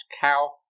cow